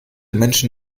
menschen